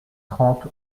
trente